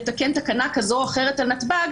לתקן תקנה כזאת או אחרת על נתב"ג,